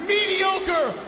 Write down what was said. Mediocre